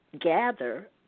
gather